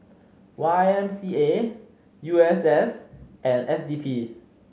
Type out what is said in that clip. Y M C A U S S and S D P